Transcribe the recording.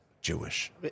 Jewish